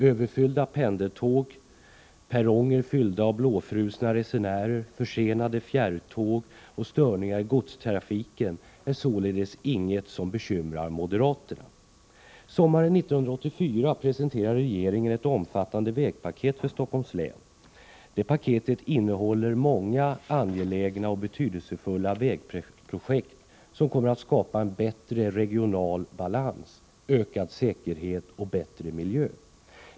Överfyllda pendeltåg, perronger fyllda av blåfrusna resenärer, försenade fjärrtåg och störningar i godstrafiken är således inget som bekymrar moderaterna. Sommaren 1984 presenterade regeringen ett omfattande vägpaket för Stockholms län. Det paketet innehåller många angelägna och betydelsefulla vägprojekt, som kommer att skapa en bättre regional balans, ökad säkerhet och bättre miljö.